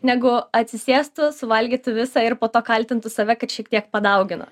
negu atsisėstų suvalgytų visą ir po to kaltintų save kad šiek tiek padaugino